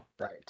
Right